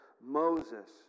Moses